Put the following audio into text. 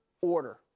order